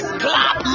clap